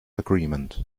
agreement